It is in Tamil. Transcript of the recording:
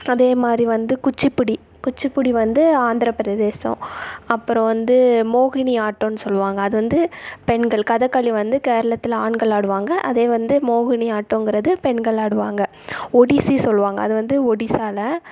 அதேமாதிரி வந்து குச்சிப்புடி குச்சிப்புடி வந்து ஆந்திர பிரதேசம் அப்புறம் வந்து மோஹினி ஆட்டம்னு சொல்லுவாங்கள் அது வந்து பெண்கள் கதகளி வந்து கேரளத்தில் ஆண்கள் ஆடுவாங்கள் அதே வந்து மோஹினி ஆட்டங்கிறது பெண்கள் ஆடுவாங்கள் ஒடிசி சொல்லுவாங்கள் அது வந்து ஒடிசால